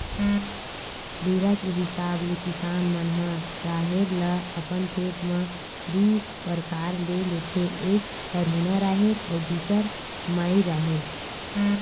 बेरा के हिसाब ले किसान मन ह राहेर ल अपन खेत म दू परकार ले लेथे एक हरहुना राहेर अउ दूसर माई राहेर